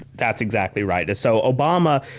that's exactly right, so obama.